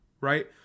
right